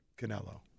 Canelo